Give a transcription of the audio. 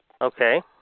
Okay